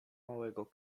małego